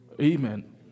Amen